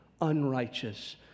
unrighteous